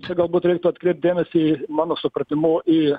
čia galbūt reiktų atkreipt dėmesį mano supratimu į